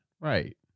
Right